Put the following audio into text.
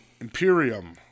Imperium